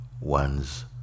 One's